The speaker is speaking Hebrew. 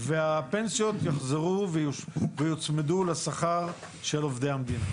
והפנסיות יחזרו ויוצמדו לשכר של עובדי המדינה.